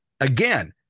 again